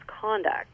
conduct